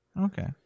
Okay